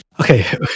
Okay